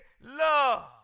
love